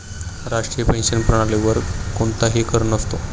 राष्ट्रीय पेन्शन प्रणालीवर कोणताही कर नसतो